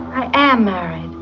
i am married.